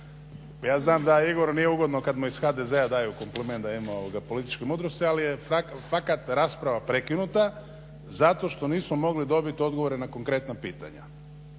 Ja znam da Igoru nije ugodno kad mu iz HDZ-a daju kompliment da ima proklitičke mudrosti ali je fakat rasprava prekinuta zato što nismo mogli dobit odgovore na konkretna pitanja